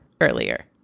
earlier